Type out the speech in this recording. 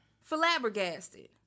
flabbergasted